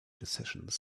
decisions